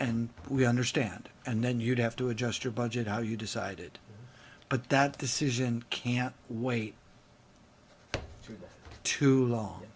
and we understand and then you'd have to adjust your budget how you decided but that decision can't wait too long